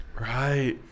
Right